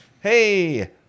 Hey